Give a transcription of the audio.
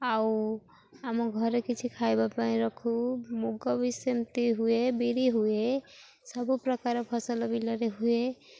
ଆଉ ଆମ ଘରେ କିଛି ଖାଇବା ପାଇଁ ରଖୁ ମୁଗ ବି ସେମିତି ହୁଏ ବିରି ହୁଏ ସବୁପକାର ଫସଲ ବିଲରେ ହୁଏ